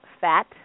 fat